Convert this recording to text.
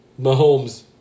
Mahomes